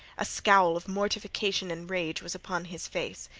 a scowl of mortification and rage was upon his face.